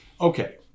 okay